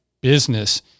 business